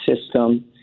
system